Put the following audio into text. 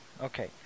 okay